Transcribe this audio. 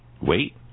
Wait